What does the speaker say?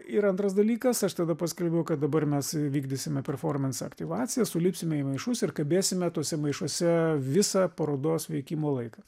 ir antras dalykas aš tada paskelbiau kad dabar mes vykdysime performansą aktyvacija sulipsime į maišus ir kabėsime tuose maišuose visą parodos veikimo laiką